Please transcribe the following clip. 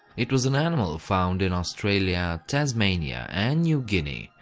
it was an animal found in australia, tasmania and new guinea,